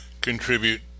contribute